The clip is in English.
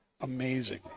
amazing